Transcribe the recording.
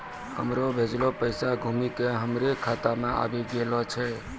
हमरो भेजलो पैसा घुमि के हमरे खाता मे आबि गेलो छै